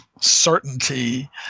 certainty